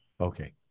Okay